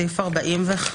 סעיף 39 אומר: